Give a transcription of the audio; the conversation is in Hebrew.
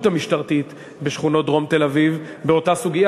המשטרתית בשכונות דרום תל-אביב באותה סוגיה,